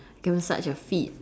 massage your feet